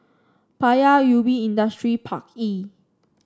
Paya Ubi Industrial Park E